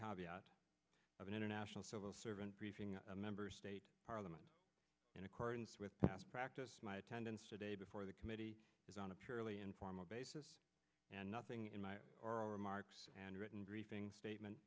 s of an international civil servant briefing a member state parliament in accordance with past practice my attendance today before the committee is on a purely informal basis and nothing in my oral remarks and written briefing statement